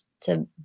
to-